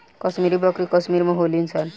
कश्मीरी बकरी कश्मीर में होली सन